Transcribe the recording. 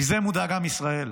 מזה מודאג עם ישראל.